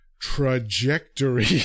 trajectory